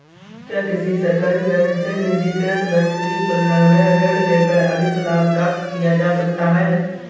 क्या किसी सरकारी बैंक से निजीकृत बैंक की तुलना में ऋण लेकर अधिक लाभ प्राप्त किया जा सकता है?